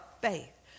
faith